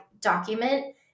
document